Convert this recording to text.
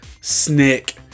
snick